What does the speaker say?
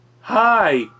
Hi